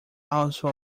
also